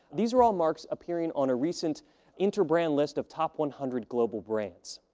these are all marks appearing on a recent interbrand list of top one hundred global brands.